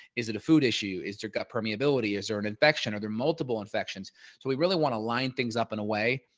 is it a food issue? is your gut permeability? is there an infection are there multiple infections, so we really want to line things up in a way.